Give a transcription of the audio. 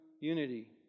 unity